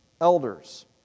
elders